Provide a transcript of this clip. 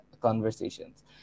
conversations